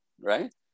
Right